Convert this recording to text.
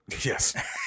Yes